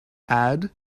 add